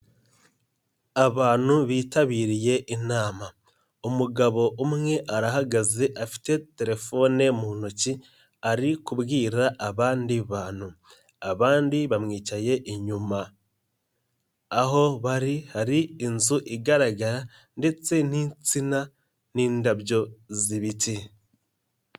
Abantu bitabiriye inama. Umugabo umwe arahagaze afite telefone mu ntoki, ari kubwira abandi bantu. Abandi bamwicaye inyuma. Aho bari hari inzu igaragara ndetse n'insina n'indabyo z'ibiti.